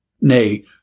Nay